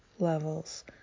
levels